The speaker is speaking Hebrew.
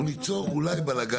אנחנו ניצור אולי בלגן.